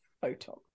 photon